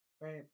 Right